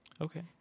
Okay